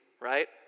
right